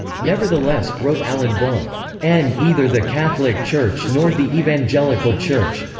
nevertheless, wrote alan bullock n either the catholic church nor the evangelical church.